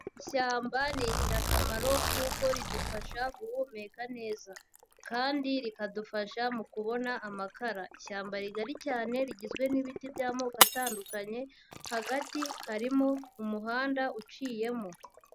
Ishyamba ni ingirakamaro kuko ridufasha guhumeka neza kandi rikadufasha mu kubona amakara. Ishyamba rigari cyane rigizwe n'ibiti by'amoko atandukanye, hagati harimo umuhanda uciyemo.